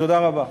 תודה רבה.